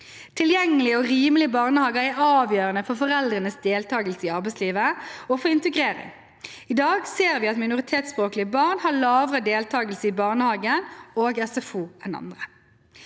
Tilgjengelige og rimelige barnehager er avgjørende for foreldres deltakelse i arbeidslivet og for integrering. I dag ser vi at minoritetsspråklige barn har lavere deltakelse i barnehagen og SFO enn andre.